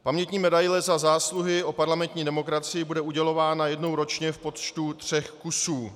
Pamětní medaile Za zásluhy o parlamentní demokracii bude udělována jednou ročně v počtu tří kusů.